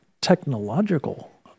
technological